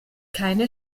keine